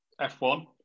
F1